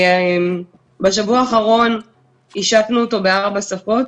בשבוע האחרון השקנו אותו בארבע שפות,